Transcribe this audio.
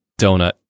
donut